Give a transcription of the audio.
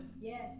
Yes